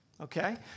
Okay